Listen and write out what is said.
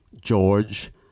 George